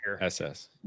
SS